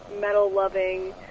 metal-loving